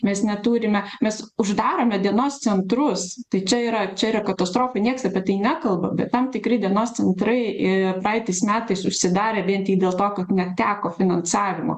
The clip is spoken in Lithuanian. mes neturime mes uždarome dienos centrus tai čia yra čia yra katastrofa nieks apie tai nekalba bet tam tikri dienos centrai ir vaiteis metais užsidarė bent į dėl to kad neteko finansavimo